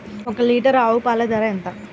ఒక్క లీటర్ ఆవు పాల ధర ఎంత?